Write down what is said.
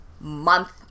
month